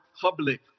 public